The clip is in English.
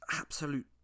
absolute